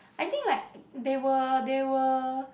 I think like they will they will